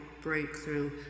breakthrough